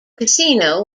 casino